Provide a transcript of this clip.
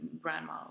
grandma